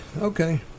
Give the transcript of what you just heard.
Okay